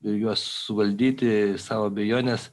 ir juos suvaldyti savo abejones